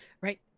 Right